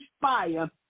fire